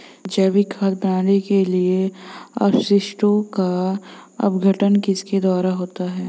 जैविक खाद बनाने के लिए अपशिष्टों का अपघटन किसके द्वारा होता है?